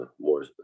more